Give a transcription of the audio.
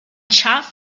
schaf